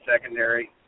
secondary